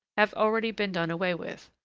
have already been done away with.